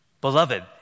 Beloved